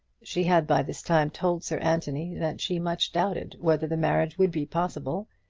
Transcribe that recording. she had by this time told sir anthony that she much doubted whether the marriage would be possible,